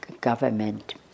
government